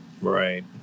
Right